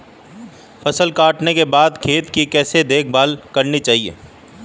फसल काटने के बाद खेत की कैसे देखभाल करनी चाहिए?